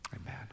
amen